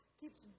keeps